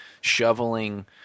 shoveling –